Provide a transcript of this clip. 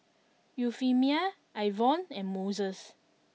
Euphemia Ivonne and Moses